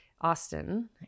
Austin